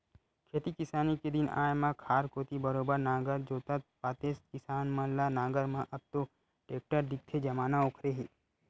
खेती किसानी के दिन आय म खार कोती बरोबर नांगर जोतत पातेस किसान मन ल नांगर म अब तो टेक्टर दिखथे जमाना ओखरे हे